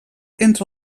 entre